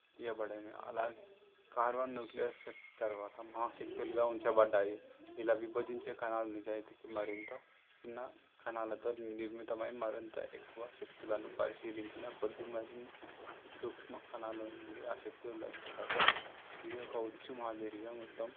ఇయ్యబడినవి అలాగే కార్వా న్యూక్లియర్ శక్తి తరువాత మా శక్తులుగా ఉంచబడ్డాయి ఇలా విభజించే కణాలు నిజాయితికి మరింత చిన్న కణాలతో నిర్మితమై మరింత ఎక్కువ శక్తులను పరిశీలించినకొద్ది మరిన్ని సూక్ష్మకణాల నుండి ఆ శక్తులు లభిస్తాయి ఇది ఒక ఉచ్చు మాదిరిగా మొత్తం